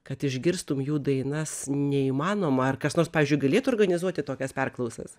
kad išgirstum jų dainas neįmanoma ar kas nors pavyzdžiui galėtų organizuoti tokias perklausas